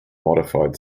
modified